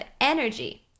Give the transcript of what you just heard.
energy